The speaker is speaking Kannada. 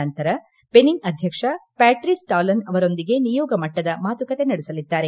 ನಂತರ ಬೆನಿನ್ ಅಧ್ಯಕ್ಷ ಪ್ಯಾಟ್ರಸ್ ಟಾಲನ್ ಅವರೊಂದಿಗೆ ನಿಯೋಗ ಮಟ್ಟದ ಮಾತುಕತೆ ನಡೆಸಲಿದ್ದಾರೆ